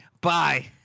Bye